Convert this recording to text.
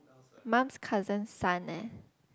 mom's cousin son eh